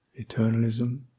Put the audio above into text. eternalism